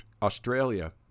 Australia